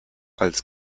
als